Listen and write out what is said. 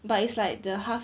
but it's like the half